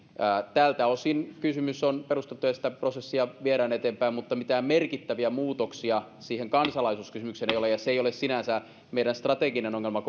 tältä osin kysymys on perusteltu ja sitä prosessia viedään eteenpäin mutta mitään merkittäviä muutoksia siihen kansalaisuuskysymykseen ei ole ja se ei ole sinänsä meidän strateginen ongelma